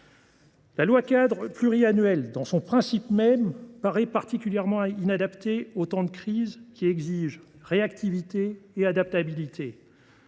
La loi cadre pluriannuelle, dans son principe même, paraît particulièrement inadaptée aux temps de crise, qui exigent réactivité et adaptabilité.